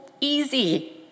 easy